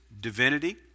divinity